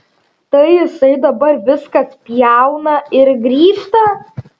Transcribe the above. tai jisai dabar viską spjauna ir grįžta